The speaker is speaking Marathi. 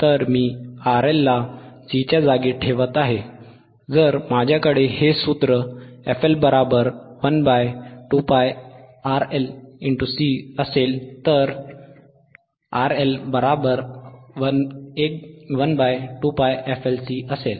तर मी RL ला C च्या जागी ठेवत आहे जर माझ्याकडे हे सूत्र fL 1 2πRLC असेल तर RL12πfL C असेल